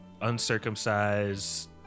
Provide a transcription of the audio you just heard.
uncircumcised